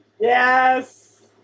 yes